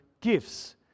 gifts